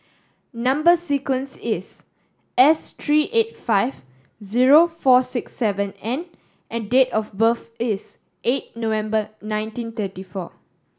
number sequence is S three eight five zero four six seven N and date of birth is eight November nineteen thirty four